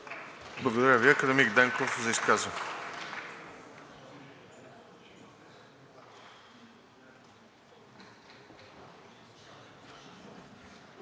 Благодаря Ви. Академик Денков, за изказване.